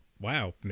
Wow